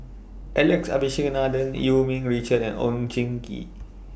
Alex Abisheganaden EU Yee Richard and Oon Jin Gee